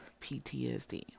PTSD